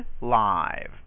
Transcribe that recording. live